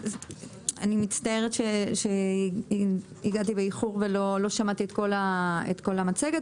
אני מצטערת שהגעתי באיחור, ולא שמעתי את כל המצגת.